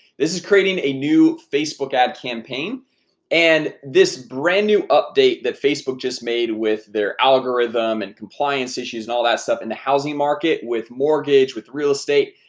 this is creating a new facebook ad campaign and this brand new update that facebook just made with their algorithm and compliance issues and all that stuff in the housing market with mortgage with real estate.